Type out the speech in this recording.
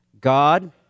God